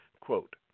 Quote